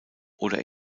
oder